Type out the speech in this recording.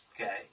Okay